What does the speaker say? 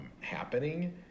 happening